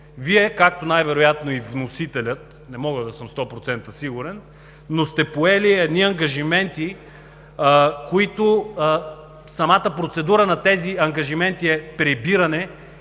Вие, както най-вероятно и вносителят – не мога да съм сто процента сигурен, но сте поели едни ангажименти, които самата процедура на тези ангажименти е прибиране